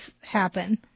happen